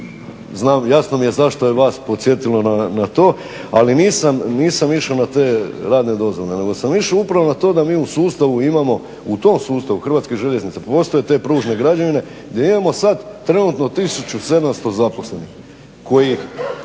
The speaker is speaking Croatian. znam, jasno mi je zašto je vas podsjetilo na to ali nisam išao na te radne dozvole nego sam išao upravo na to da mi u sustavu imamo, u tom sustavu HŽ-a postoje te pružne građevine gdje imamo sad trenutno 1700 zaposlenih koje